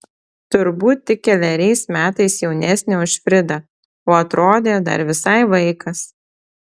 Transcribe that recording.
turbūt tik keleriais metais jaunesnė už fridą o atrodė dar visai vaikas